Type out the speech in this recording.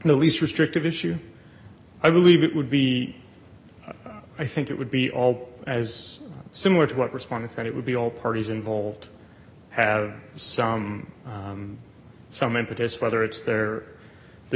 the least restrictive issue i believe it would be i think it would be all as similar to what response and it would be all parties involved have some some impetus whether it's there the